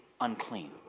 unclean